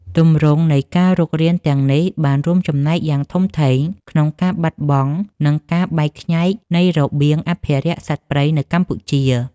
ទម្រង់នៃការរុករានទាំងនេះបានរួមចំណែកយ៉ាងធំធេងក្នុងការបាត់បង់ និងការបែកខ្ញែកនៃរបៀងអភិរក្សសត្វព្រៃនៅកម្ពុជា។